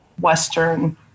Western